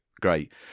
Great